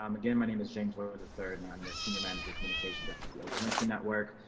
um again, my name is james where the third and i'm the senior manager communications at but the oprah winfrey network.